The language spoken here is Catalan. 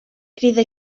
crida